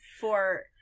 for-